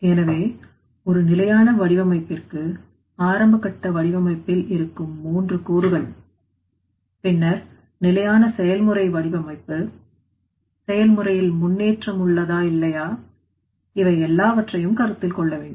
எனவே ஒரு நிலையான வடிவமைப்பிற்கு ஆரம்பகட்ட வடிவமைப்பில் இருக்கும் மூன்று கூறுகள்பின்னர் நிலையான செயல்முறை வடிவமைப்புசெயல்முறையில் முன்னேற்றம் உள்ளதா இல்லையா இவைஎல்லாவற்றையும் கருத்தில் கொள்ள வேண்டும்